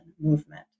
movement